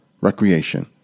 recreation